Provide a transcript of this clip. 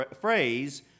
phrase